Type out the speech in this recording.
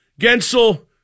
Gensel